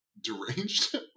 deranged